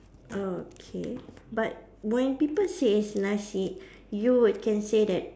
okay but when people say it's nasi you would can say that